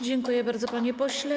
Dziękuję bardzo, panie pośle.